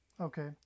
Okay